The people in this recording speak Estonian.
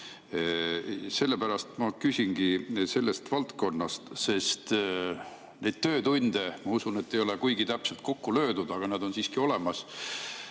Sellepärast ma küsingi sellest valdkonnast. Sest neid töötunde, ma usun, ei ole kuigi täpselt kokku löödud, aga nad on siiski olemas.